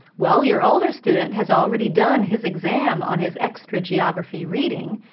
well, your older student has already done his exam on his extra geography reading,